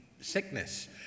sickness